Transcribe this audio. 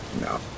No